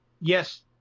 Yes